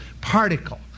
particle